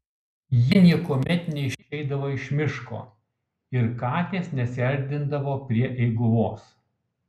jie niekuomet neišeidavo iš miško ir katės nesiartindavo prie eiguvos